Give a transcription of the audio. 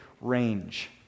range